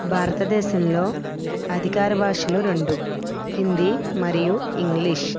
భారతదేశంలో అధికార భాషలు రెండు హిందీ మరియు ఇంగ్లీష్